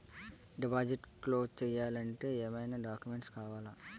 Deposit close చేయాలి అంటే ఏమైనా డాక్యుమెంట్స్ కావాలా?